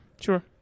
Sure